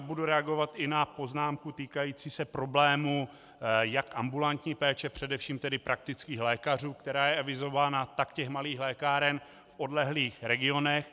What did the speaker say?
Budu reagovat i na poznámku týkající se problémů jak ambulantní péče, především tedy praktických lékařů, která je avizována, tak těch malých lékáren v odlehlých regionech.